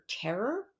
terror